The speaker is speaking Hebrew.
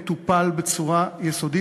מטופל בצורה יסודית,